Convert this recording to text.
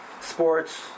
sports